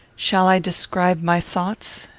shall i describe my thoughts?